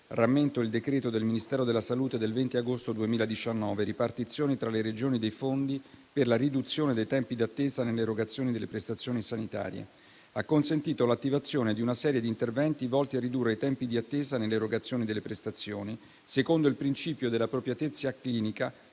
rammento il decreto del Ministero della salute del 20 agosto 2019, in materia di ripartizione tra le Regioni dei fondi per la riduzione dei tempi di attesa nell'erogazione delle prestazioni sanitarie, che ha consentito l'attivazione di una serie di interventi volti a ridurre i tempi di attesa nell'erogazione delle prestazioni secondo il principio della appropriatezza clinica,